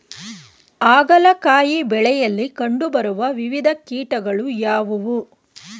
ಹಾಗಲಕಾಯಿ ಬೆಳೆಯಲ್ಲಿ ಕಂಡು ಬರುವ ವಿವಿಧ ಕೀಟಗಳು ಯಾವುವು?